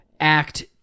act